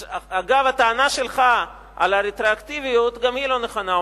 אגב, הטענה שלך על הרטרואקטיביות גם היא לא נכונה.